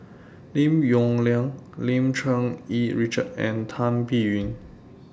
Lim Yong Liang Lim Cherng Yih Richard and Tan Biyun